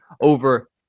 over